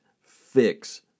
fix